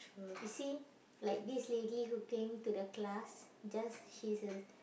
you see like this lady who came to the class just she's a